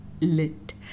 Lit